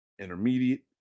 intermediate